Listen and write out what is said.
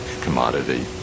commodity